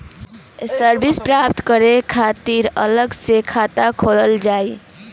ये सर्विस प्राप्त करे के खातिर अलग से खाता खोलल जाइ?